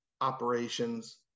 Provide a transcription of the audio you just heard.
operations